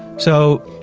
so,